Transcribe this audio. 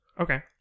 Okay